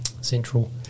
central